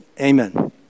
Amen